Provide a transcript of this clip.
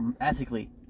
ethically